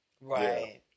Right